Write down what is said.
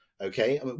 Okay